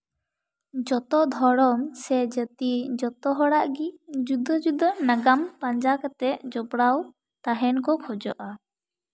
ᱡᱚᱛᱚ ᱫᱷᱚᱨᱚᱢ ᱥᱮ ᱡᱟᱹᱛᱤ ᱡᱚᱛᱚ ᱦᱚᱲᱟᱜ ᱜᱮ ᱡᱩᱫᱟᱹ ᱡᱩᱫᱟᱹ ᱱᱟᱜᱟᱢ ᱯᱟᱸᱡᱟ ᱠᱟᱛᱮᱜ ᱡᱚᱯᱲᱟᱣ ᱛᱟᱦᱮᱱ ᱠᱚ ᱠᱷᱚᱡᱚᱜᱼᱟ